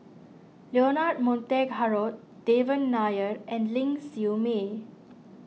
Leonard Montague Harrod Devan Nair and Ling Siew May